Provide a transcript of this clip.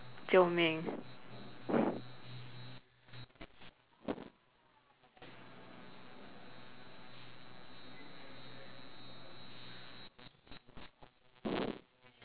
救命